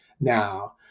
now